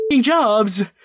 jobs